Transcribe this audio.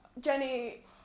jenny